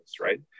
right